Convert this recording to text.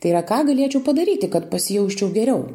tai yra ką galėčiau padaryti kad pasijausčiau geriau